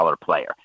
player